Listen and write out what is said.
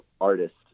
artist